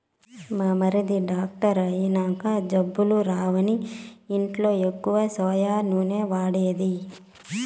మా మరిది డాక్టర్ అయినంక జబ్బులు రావని ఇంట్ల ఎక్కువ సోయా నూనె వాడేది